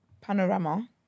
panorama